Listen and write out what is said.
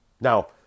Now